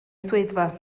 swyddfa